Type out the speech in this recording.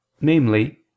namely